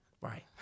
Right